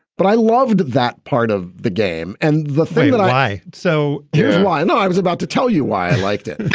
but i loved that part of the game. and the thing that i. so yeah i know i was about to tell you why i liked it.